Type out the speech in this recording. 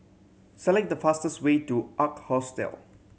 select the fastest way to Ark Hostel